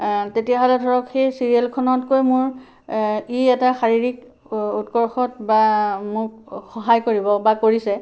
তেতিয়াহ'লে ধৰক সেই চিৰিয়েলখনতকৈ মোৰ ই এটা শাৰীৰিক উৎকৰ্ষত বা মোক সহায় কৰিব বা কৰিছে